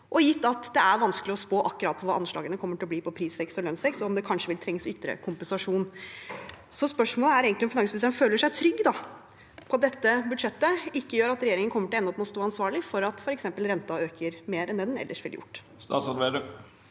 og gitt at det er vanskelig å spå akkurat hva anslagene kommer til å bli for prisvekst og lønnsvekst, og om det kanskje vil trenges ytterligere kompensasjon. Spørsmålet er egentlig om finansministeren føler seg trygg på at dette budsjettet ikke gjør at regjeringen kommer til å ende opp med å stå ansvarlig for at f.eks. renten øker mer enn det den ellers ville gjort. Statsråd